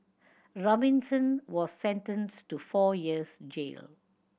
Robinson was sentenced to four years jail